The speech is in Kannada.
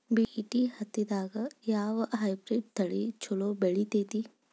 ಬಿ.ಟಿ ಹತ್ತಿದಾಗ ಯಾವ ಹೈಬ್ರಿಡ್ ತಳಿ ಛಲೋ ಬೆಳಿತೈತಿ?